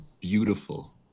beautiful